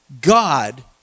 God